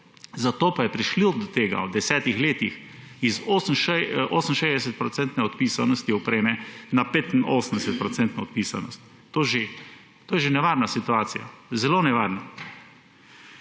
zato pa je prišlo do tega v desetih letih iz 68-odstotne odpisanosti opreme na 85-odstotno odpisanost. To je že nevarna situacija, zelo nevarna.